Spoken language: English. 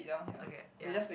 okay ya